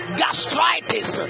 gastritis